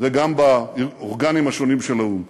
גם באיחוד מדינות אפריקה וגם באורגנים השונים של האו"ם.